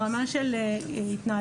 ברמה של התנהלות.